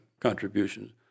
contributions